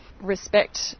respect